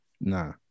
Nah